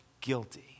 guilty